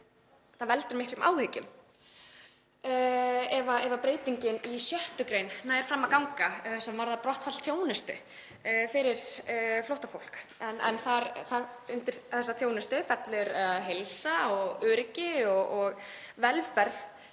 Það veldur miklum áhyggjum ef breytingin í 6. gr. nær fram að ganga, sem varðar brottfall þjónustu fyrir flóttafólk. Undir þessa þjónustu fellur heilsa og öryggi og velferð